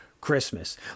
Christmas